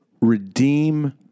redeem